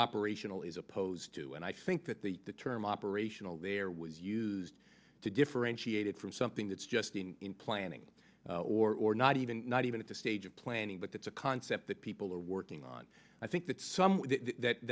operational as opposed to and i think that the term operational there was used to differentiate it from something that's just been in planning or not even not even at the stage of planning but that's a concept that people are working on i think that some that